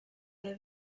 dai